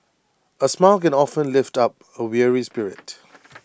A smile can often lift up A weary spirit